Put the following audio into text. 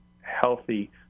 healthy